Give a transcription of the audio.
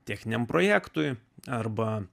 techniniam projektui arba